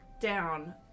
down